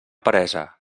peresa